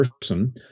person